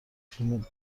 فیلم